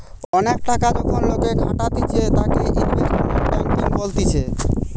অনেক টাকা যখন লোকে খাটাতিছে তাকে ইনভেস্টমেন্ট ব্যাঙ্কিং বলতিছে